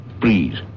please